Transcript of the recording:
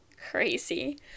crazy